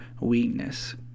weakness